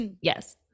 Yes